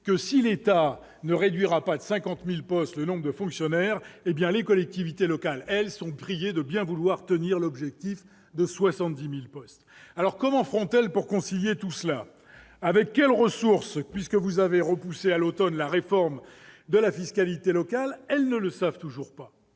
: si l'État ne réduira pas de 50 000 le nombre de ses fonctionnaires, les collectivités territoriales sont priées de bien vouloir tenir l'objectif de 70 000 postes en moins. Comment feront-elles pour concilier tout cela ? Avec quelles ressources, puisque vous avez repoussé à l'automne la réforme de la fiscalité locale ? Elles ne le savent toujours pas.